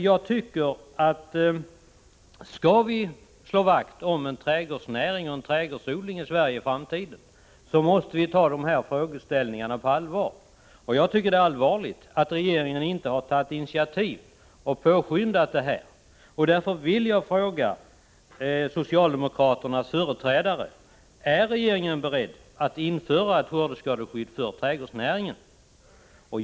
Jag tycker att skall vi slå vakt om en trädgårdsnäring och en trädgårdsodling i Sverige i framtiden, så måste vi ta dessa frågor på allvar. Och jag anser att det är oroande att regeringen inte har tagit initiativ och påskyndat utvecklingen på detta område. Därför vill jag fråga socialdemokraternas företrädare: Är regeringen beredd att införa ett skördeskadeskydd för trädgårdsnäringen?